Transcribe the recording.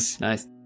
nice